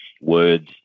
words